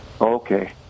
Okay